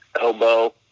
elbow